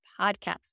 podcast